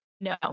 No